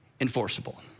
enforceable